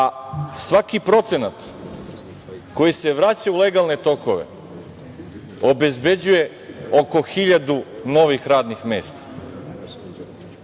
a svaki procenat koji se vraća u legalne tokove obezbeđuje oko 1000 novih radnih mesta.